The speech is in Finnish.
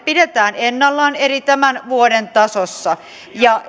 pidetään ennallaan eli tämän vuoden tasossa ja